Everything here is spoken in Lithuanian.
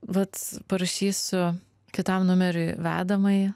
vat parašysiu kitam numeriui vedamąjį